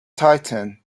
tightened